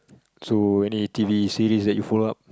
so any t_v series that you follow up